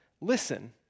listen